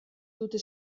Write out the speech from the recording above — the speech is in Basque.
dute